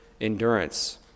endurance